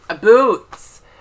Boots